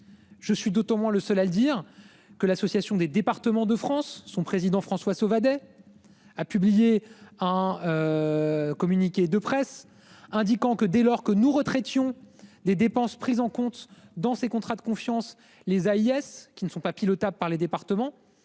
Je suis d'autant moins le seul à dire que l'association des départements de France, son président François Sauvadet. A publié un. Communiqué de presse indiquant que dès lors que nous retrait. Des dépenses prises en compte dans ses contrats de confiance les AIS, qui ne sont pas pilotable par les départements.